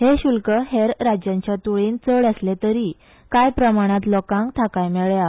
हे शुल्क हेर राज्यांच्या तुळेंत चड आसले तरीय कांय प्रमाणात लोकांक थाकाय मेळ्ळ्या